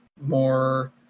more